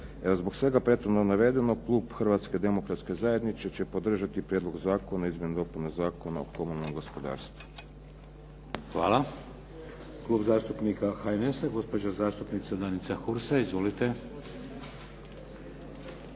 Zbog svega prethodno navedenog klub Hrvatske demokratske zajednice će podržati Prijedlog zakona o izmjenama i dopunama Zakona o komunalnom gospodarstvu. **Šeks, Vladimir (HDZ)** Hvala. Klub zastupnika HNS-a gospođa zastupnica Danica Hursa. Izvolite.